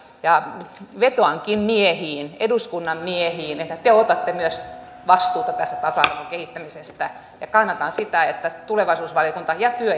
vetoankin eduskunnan miehiin että te otatte myös vastuuta tästä tasa arvon kehittämisestä ja kannatan sitä että tulevaisuusvaliokunta ja työ